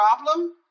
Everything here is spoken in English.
problem